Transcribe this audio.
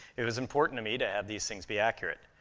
it was important to me to have these things be accurate.